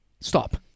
Stop